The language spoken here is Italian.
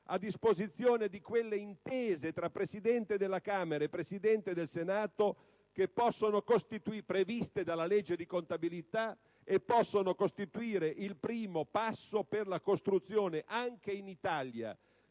a disposizione di quelle intese tra Presidente della Camera e Presidente del Senato, previste dalla legge di contabilità, che possono costituire il primo passo per la costruzione anche in Italia